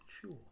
sure